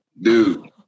Dude